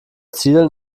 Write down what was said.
zielen